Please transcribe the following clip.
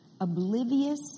Oblivious